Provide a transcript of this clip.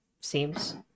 seems